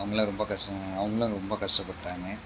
அவங்கெல்லாம் ரொம்ப கஷ்டப்ப அவங்கெல்லாம் ரொம்ப கஷ்டப்பட்டாங்க